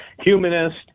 humanist